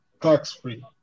tax-free